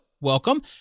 welcome